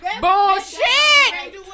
Bullshit